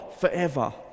forever